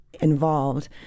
involved